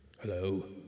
Hello